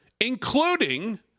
including